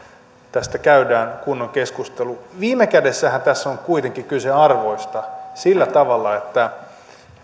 tästä käydään kunnon keskustelu viime kädessähän tässä on kuitenkin kyse sillä tavalla